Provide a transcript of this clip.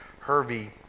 Hervey